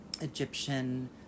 Egyptian